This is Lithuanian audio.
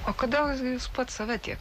o kodėl gi jūs pats save tiek